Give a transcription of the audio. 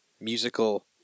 musical